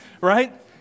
right